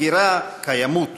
הגירה וקיימות.